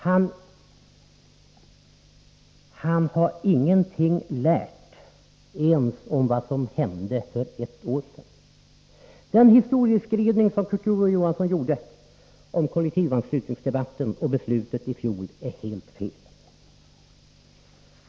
Han har ingenting lärt ens av vad som hände för ett år sedan. Den historieskrivning som Kurt Ove Johansson gjorde om kollektivanslutningsdebatten och beslutet i fjol är helt fel.